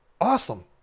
awesome